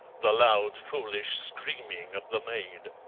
the loud foolish screaming of the maid,